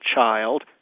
child